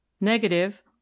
Negative